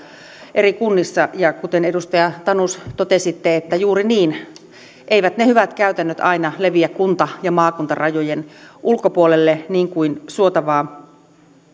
eri kunnissa kuten edustaja tanus totesitte juuri niin eivät ne hyvät käytännöt aina leviä kunta ja maakuntarajojen ulkopuolelle niin kuin suotavaa